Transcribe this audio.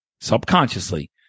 subconsciously